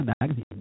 Magazine